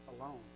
alone